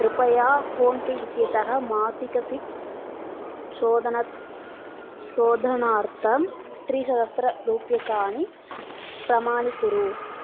कृपया PhonePe इत्येतः मासिक सिप् शोधनं शोधनार्थं त्रिसहस्ररूप्यकाणि प्रमाणीकुरु